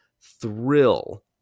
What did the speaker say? thrill